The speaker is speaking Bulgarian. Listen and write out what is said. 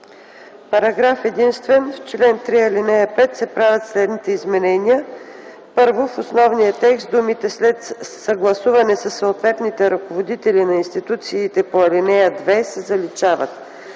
„Параграф единствен. В чл. 3, ал. 5 се правят следните изменения: „1. В основния текст думите „след съгласуване със съответните ръководители и на институциите по ал. 2” се заличават.